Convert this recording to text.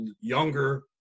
younger